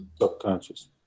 Subconscious